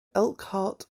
elkhart